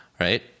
right